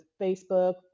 Facebook